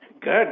Good